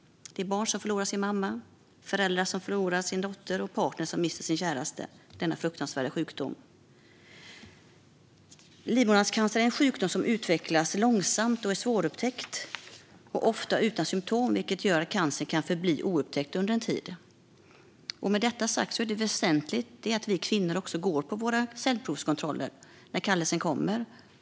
Barn förlorar sin mamma, föräldrar förlorar sin dotter och partner mister sin käraste i denna fruktansvärda sjukdom. Livmoderhalscancer är en sjukdom som utvecklas långsamt, är svårupptäckt och är ofta utan symtom, vilket gör att cancern under en tid kan förbli oupptäckt. Med detta sagt är det väsentligt att vi kvinnor går på våra cellprovskontroller när kallelsen kommer.